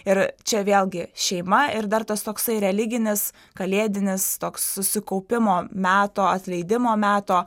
ir čia vėlgi šeima ir dar tas toksai religinis kalėdinis toks susikaupimo meto atleidimo meto